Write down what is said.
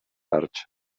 parts